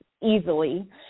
easily